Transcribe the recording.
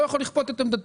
לא יכול לכפות את עמדתי.